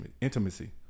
Intimacy